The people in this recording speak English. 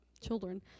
children